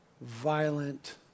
violent